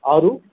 अरू